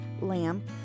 lamb